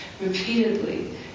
repeatedly